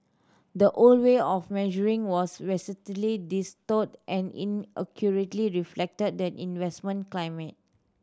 the old way of measuring was vastly distorted and inaccurately reflect the investment climate